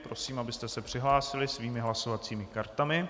Prosím, abyste se přihlásili svými hlasovacími kartami.